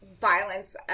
violence